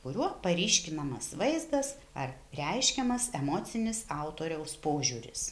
kuriuo paryškinamas vaizdas ar reiškiamas emocinis autoriaus požiūris